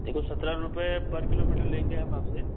देखो सत्रह रुपए पर किलोमीटर लेंगे हम आपसे